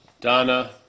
Donna